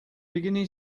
beginning